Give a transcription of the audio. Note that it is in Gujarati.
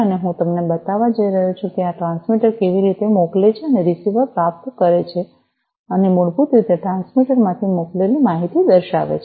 અને હું તમને બતાવવા જઈ રહ્યો છું કે આ ટ્રાન્સમીટર કેવી રીતે મોકલે છે અને રીસીવર પ્રાપ્ત કરે છે અને મૂળભૂત રીતે ટ્રાન્સમીટર માંથી મોકલેલી માહિતી દર્શાવે છે